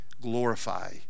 glorify